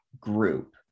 group